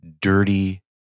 dirty